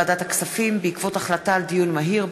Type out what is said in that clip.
בוועדת החינוך,